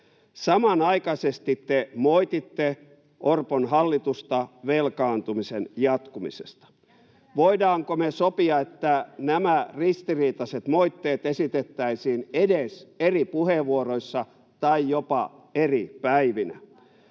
Samanaikaisesti te moititte Orpon hallitusta velkaantumisen jatkumisesta. Voidaanko me sopia, että nämä ristiriitaiset moitteet esitettäisiin edes eri puheenvuoroissa tai jopa eri päivinä?